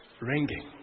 ringing